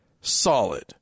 solid